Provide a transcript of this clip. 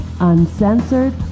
uncensored